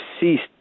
ceased